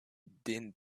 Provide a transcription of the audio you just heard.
din